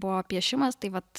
buvo piešimas tai vat